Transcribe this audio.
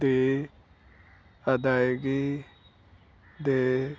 ਦੀ ਅਦਾਇਗੀ ਦੇ